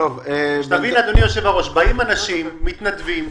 אדוני היושב באש, באים אנשים מתנדבים,